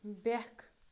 بٮ۪کھ